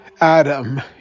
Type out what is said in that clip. Adam